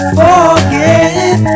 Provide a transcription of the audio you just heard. forget